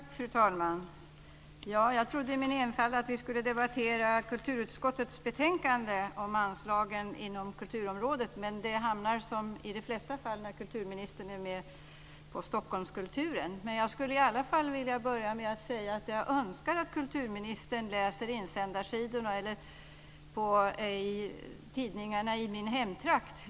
Fru talman! Jag trodde i min enfald att vi skulle debattera kulturutskottets betänkande om anslagen inom kulturområdet. Men det handlar, som i de flesta fall när kulturministern är med, om Stockholmskulturen. Men jag skulle i alla fall vilja börja med att säga att jag önskar att kulturministern läser insändarsidorna i tidningarna i min hemtrakt.